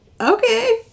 Okay